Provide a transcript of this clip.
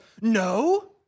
no